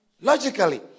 Logically